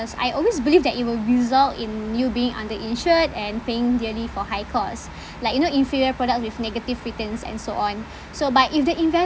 as I always believe that it will result in you being under insured and paying dearly for high cost like you know inferior products with negative returns and so on so but if the investment